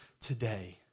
today